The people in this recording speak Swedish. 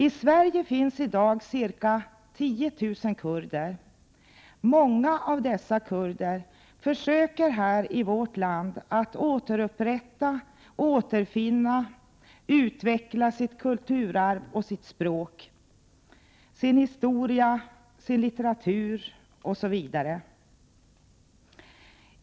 I Sverige finns i dag ca 10 000 kurder, många av dessa försöker att återupprätta, återfinna och utveckla sitt kulturarv, sitt språk, sin historia, sin litteratur osv.